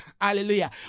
hallelujah